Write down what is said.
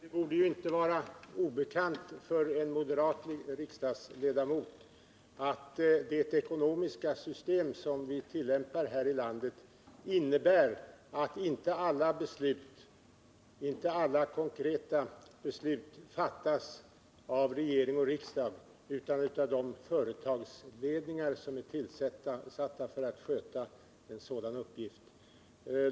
Herr talman! Det borde inte vara obekant för en moderat riksdagsledamot att det ekonomiska system som vi tillämpar här i landet innebär att inte alla konkreta beslut fattas av regering och riksdag. Företagens beslut fattas av de företagsledningar som är tillsatta för att sköta sådana uppgifter.